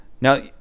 now